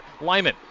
Lyman